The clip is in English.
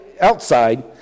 outside